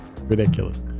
Ridiculous